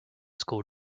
school